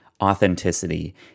authenticity